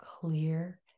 clear